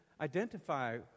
identify